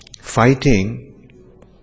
fighting